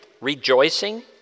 rejoicing